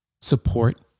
support